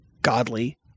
godly